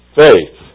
faith